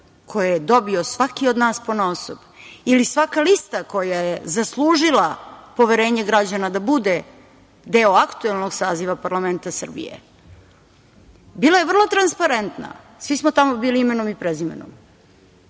koje je dobio svaki od nas ponaosob ili svaka lista koja je zaslužila poverenje građana da bude deo aktuelnog saziva parlamenta Srbije bila je vrlo transparentna, svi smo tamo bili imenom i prezimenom.